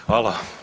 Hvala.